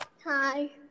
Hi